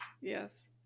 yes